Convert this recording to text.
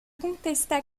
contesta